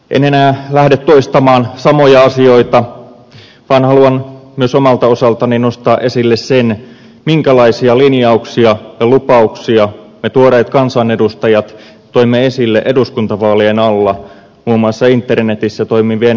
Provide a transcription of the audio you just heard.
en enää lähde toistamaan samoja asioita vaan haluan myös omalta osaltani nostaa esille sen minkälaisia linjauksia ja lupauksia me tuoreet kansanedustajat toimme esille eduskuntavaalien alla muun muassa internetissä toimivien vaalikoneiden kautta